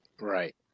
Right